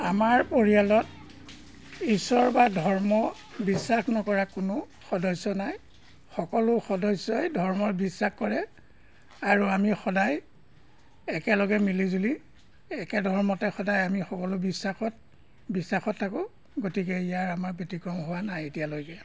আমাৰ পৰিয়ালত ঈশ্বৰ বা ধৰ্ম বিশ্বাস নকৰা কোনো সদস্য নাই সকলো সদস্যই ধৰ্মৰ বিশ্বাস কৰে আৰু আমি সদায় একেলগে মিলি জুলি একে ধৰ্মতে সদায় আমি সকলো বিশ্বাসত বিশ্বাসত থাকোঁ গতিকে ইয়াৰ আমাৰ ব্য়তিক্ৰম হোৱা নাই এতিয়ালৈকে